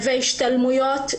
והשתלמויות.